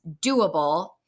doable